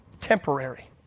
temporary